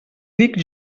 dic